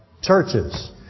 churches